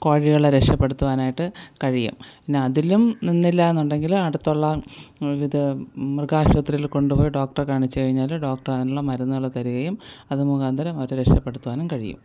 കോഴികളെ രക്ഷപ്പെടുത്തുവാനായിട്ട് കഴിയും പിന്നെ അതിലും നിന്നില്ലാന്നുണ്ടെങ്കിൽ അടുത്തുള്ള ഇത് മൃഗാശുപത്രിയിൽ കൊണ്ടുപോയി ഡോക്ടറെ കാണിച്ചു കഴിഞ്ഞാൽ ഡോക്ടർ അതിനുള്ള മരുന്നുകൾ തരുകയും അത് മുഖാന്തിരം അവരെ രക്ഷപ്പെടുത്തുവാനും കഴിയും